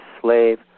slave